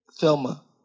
Thelma